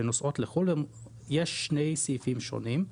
יש שני סעיפים שונים.